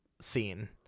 scene